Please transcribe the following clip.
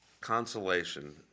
consolation